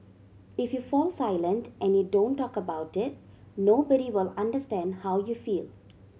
if you fall silent and you don't talk about it nobody will understand how you feel